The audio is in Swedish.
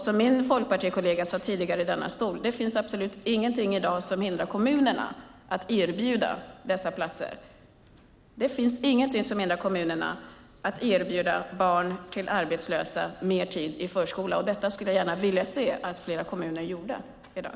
Som min folkpartikollega sade tidigare i denna talarstol finns det absolut ingenting i dag som hindrar kommunerna att erbjuda dessa barn platser. Det finns ingenting som hindrar kommunerna att erbjuda barn till arbetslösa föräldrar mer tid i förskolan, och detta skulle jag gärna vilja se att fler kommuner gjorde i dag.